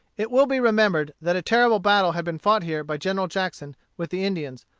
it will be remembered that a terrible battle had been fought here by general jackson with the indians,